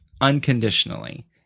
unconditionally